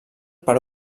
per